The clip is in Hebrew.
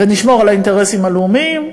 ונשמור על האינטרסים הלאומיים.